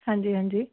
ਹਾਂਜੀ ਹਾਂਜੀ